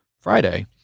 Friday